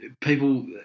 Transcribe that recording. people